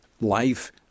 life